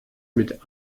mit